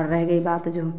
और रह गई बात जो